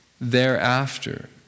thereafter